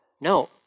no